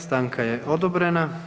Stanka je odobrena.